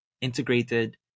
integrated